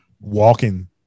walking